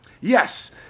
Yes